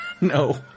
No